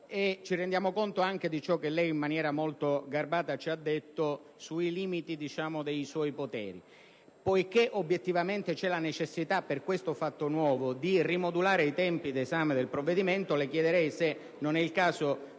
ci rendiamo conto anche di ciò che lei in maniera molto garbata ci ha detto sui limiti dei suoi poteri. Poiché obiettivamente c'è la necessità, stante questo fatto nuovo, di rimodulare i tempi di esame del provvedimento, le chiederei se non sia il caso